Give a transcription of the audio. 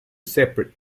separate